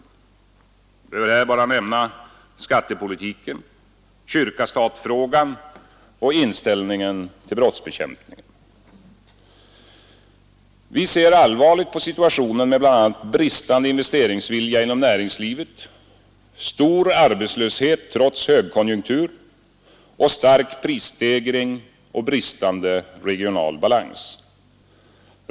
Vi behöver här bara nämna skattepolitiken, kyrka—stat-frågan och inställningen till brottsbekämpningen Vi ser allvarligt på situationen med bl.a. bristande investeringsvilja inom näringslivet, stor arbetslöshet trots högkonjunktur och stark sstegring och bristande regional balans.